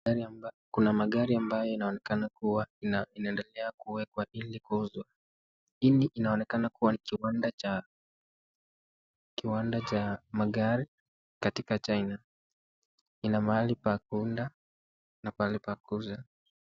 Kuna magari ambayo inaonekana kuwa inaendelea kuwekwa ili kuuzwa. Hii inaonekana kuwa nikiwanda cha magari katika China ina mahali pa kuunda na pahali pa kuuza.